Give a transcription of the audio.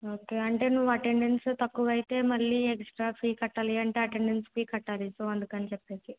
okay అంటే నువ్వు attendance తక్కువ అయితే మళ్ళీ ఏక్సట్రా ఫీ కట్టాలి అంటే అటెండెన్స్ ఫీ కట్టాలి సో అందుకని చెప్పి